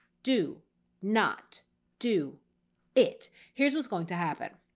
do not do it. here's what's going to happen